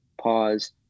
pause